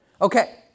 Okay